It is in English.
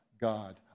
God